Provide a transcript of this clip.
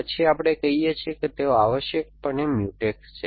પછી આપણે કહીએ છીએ કે તેઓ આવશ્યકપણે મ્યુટેક્સ છે